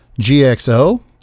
GXO